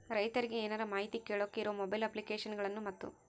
ರೈತರಿಗೆ ಏನರ ಮಾಹಿತಿ ಕೇಳೋಕೆ ಇರೋ ಮೊಬೈಲ್ ಅಪ್ಲಿಕೇಶನ್ ಗಳನ್ನು ಮತ್ತು?